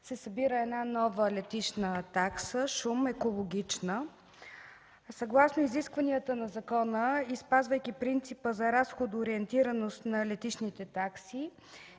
се събира една нова летищна такса – шум (екологична). Съгласно изискванията на закона и спазвайки принципа за разходоориентираност на летищните такси